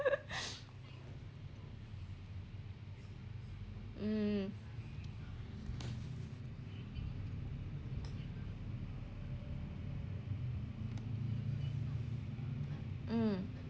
mm mm